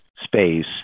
space